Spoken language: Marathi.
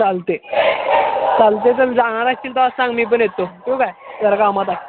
चालते चालते तर जाणार असशील तर आज सांग मी पण येतो ठेवू काय जरा कामात आहे